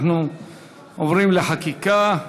אנחנו עוברים לחקיקה.